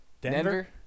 Denver